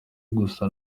gusa